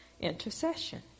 intercession